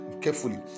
carefully